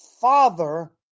father